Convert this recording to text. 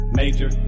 major